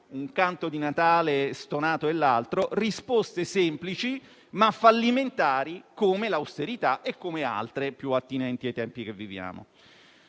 un canto di Natale stonato e l'altro), risposte semplici ma fallimentari, come l'austerità e altre più attinenti ai tempi che viviamo.